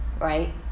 right